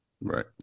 Right